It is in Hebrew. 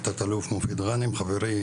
לתת אלוף מופיד גאנם חברי,